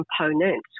components